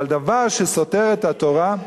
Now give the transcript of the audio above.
אבל דבר שסותר את התורה,